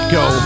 go